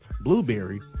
Blueberry